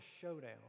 showdown